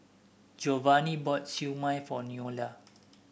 Giovanny bought Siew Mai for Noelia